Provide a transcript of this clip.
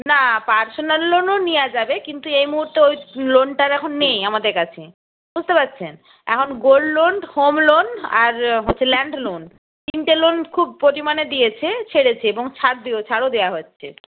না পার্সোনাল লোনও নেওয়া যাবে কিন্তু এই মুহূর্তে ওই লোনটা আর এখন নেই আমাদের কাছে বুঝতে পারছেন এখন গোল্ড লোন হোম লোন আর হচ্ছে ল্যান্ড লোন তিনটে লোন খুব মানে দিয়েছে ছেড়েছে এবং ছাড় ছাড়ও দেওয়া হচ্ছে